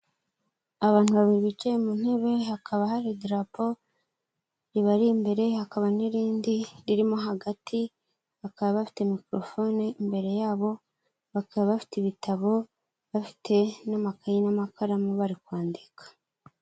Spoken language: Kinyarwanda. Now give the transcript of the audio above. Abantu babiri bicaye mu ntebe hakaba hari idarapo ribari imbere, hakaba n'irindi ririmo hagati ,bakaba bafite mikorofone imbere yabo, bakaba bafite ibitabo bafite n'amakayi n'amakaramu bari kwandika.